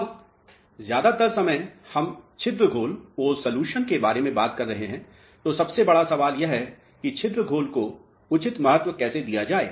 अब ज्यादातर समय हम छिद्र घोल के बारे में बात कर रहे हैं तो सबसे बड़ा सवाल यह है कि छिद्र घोल को उचित महत्व कैसे दिया जाए